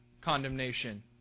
condemnation